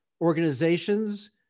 organizations